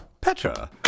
Petra